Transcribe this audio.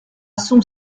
son